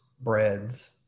breads